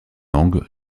langues